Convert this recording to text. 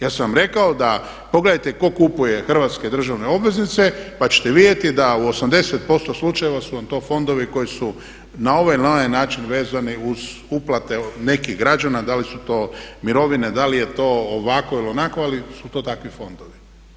Ja sam vam rekao da pogledajte tko kupuje hrvatske državne obveznice pa ćete vidjeti da u 80% slučajeva su vam to fondovi koji su na ovaj ili na onaj način vezani uz uplate nekih građana, da li su to mirovine, da li je to ovako ili onako ali su to takvi fondovi.